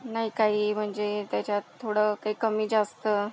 नाही काही म्हणजे त्याच्यात थोडं काही कमी जास्त